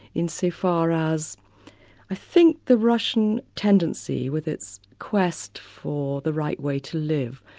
insofar as i think the russian tendency, with its quest for the right way to live,